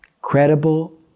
credible